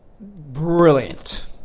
Brilliant